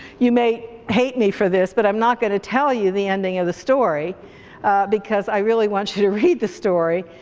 you may hate me for this, but i'm not gonna tell you the ending of the story because i really want you to read the story.